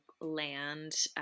land